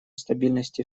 стабильности